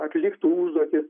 atliktų užduotį